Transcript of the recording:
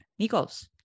Nikos